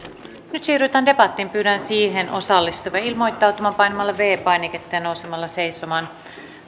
nyt siirrytään debattiin pyydän siihen osallistuvia ilmoittautumaan painamalla viides painiketta ja nousemalla seisomaan